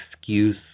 excuse